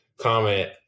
comment